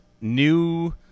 new